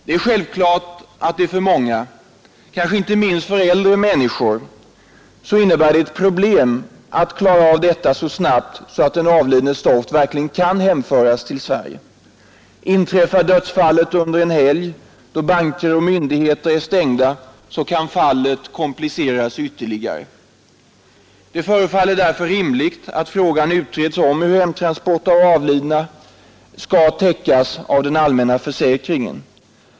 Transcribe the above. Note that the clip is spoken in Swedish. Det är självklart att det för många — kanske inte minst för äldre människor — innebär problem att klara av detta så snabbt att den avlidnes stoft verkligen kan hemföras till Sverige. Inträffar dödsfallet under en helg, då banker och myndigheter är stängda, kan fallet kompliceras ytterligare. Det förefaller därför rimligt att frågan utreds om hur kostnad för hemtransport av avlidna skall täckas av den allmänna försäkringen.